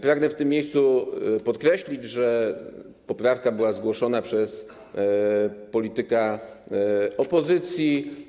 Pragnę w tym miejscu podkreślić, że poprawka była zgłoszona przez polityka opozycji.